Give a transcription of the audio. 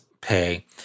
pay